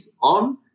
on